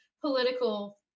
political